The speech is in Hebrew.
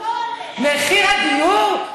מחיר הדיור?